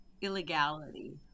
illegality